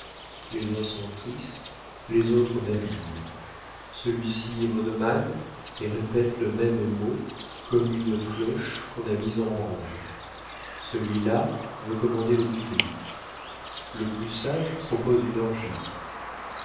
les uns sont tristes les autres babillent celui-ci est monomane et répète le même mot comme une cloche qu'on a mise en branle celui-là veut commander au tumulte le plus sage propose une orgie